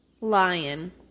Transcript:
Lion